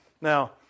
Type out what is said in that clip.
Now